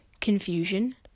Confusion